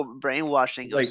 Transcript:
brainwashing